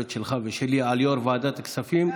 הכבד שלך ושלי על יו"ר ועדת הכספים.